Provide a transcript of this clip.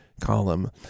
column